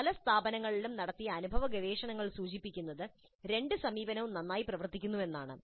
പല സ്ഥാപനങ്ങളിലും നടത്തിയ അനുഭവഗവേഷണങ്ങൾ സൂചിപ്പിക്കുന്നത് രണ്ട് സമീപനങ്ങളും നന്നായി പ്രവർത്തിക്കുന്നുവെന്നാണ്